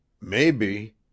Maybe